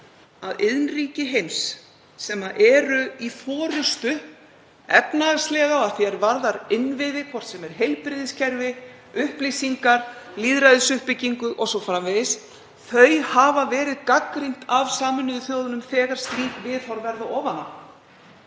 að iðnríki heims, sem eru í forystu efnahagslega og að því er varðar innviði, hvort sem er heilbrigðiskerfi, upplýsingar, lýðræðisuppbygging o.s.frv., hafa verið gagnrýnd af Sameinuðu þjóðunum þegar slík viðhorf verða ofan